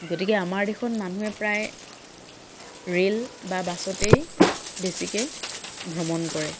গতিকে আমাৰ দেশত মানুহে প্ৰায় ৰে'ল বা বাছতেই বেছিকৈ ভ্ৰমণ কৰে